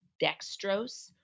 dextrose